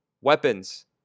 Weapons